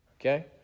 Okay